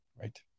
Right